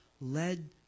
led